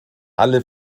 alle